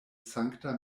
sankta